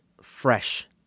fresh